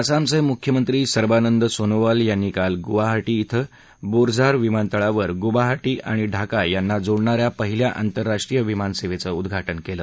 आसामचे मुख्यमंत्री सर्बानन्द सोनोवाल यांनी काल गुवाहाटी शिं बोरझार विमानतळावर गुवाहाटी आणि ढाका याना जोडणाऱ्या पहिल्या आंतरराष्ट्रीय विमानसेवेचं उद्घाटन केलं